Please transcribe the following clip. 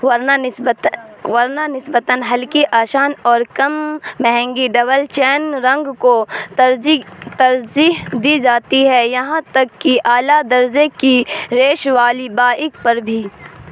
ورنہ نسبتہ ورنہ نسبتاً ہلکی آسان اور کم مہنگی ڈبل چین رنگ کو ترجی ترجیح دی جاتی ہے یہاں تک کہ اعلیٰ درجے کی ریش والی بائک پر بھی